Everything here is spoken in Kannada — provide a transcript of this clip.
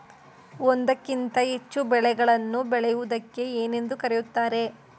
ಒಂದಕ್ಕಿಂತ ಹೆಚ್ಚು ಬೆಳೆಗಳನ್ನು ಬೆಳೆಯುವುದಕ್ಕೆ ಏನೆಂದು ಕರೆಯುತ್ತಾರೆ?